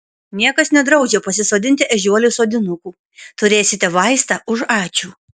niekas nedraudžia pasisodinti ežiuolių sodinukų turėsite vaistą už ačiū